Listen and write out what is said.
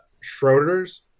Schroeder's